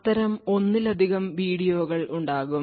അത്തരം ഒന്നിലധികം വീഡിയോകൾ ഉണ്ടാകും